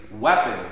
weapon